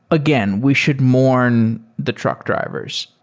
again, we should mourn the truck drivers,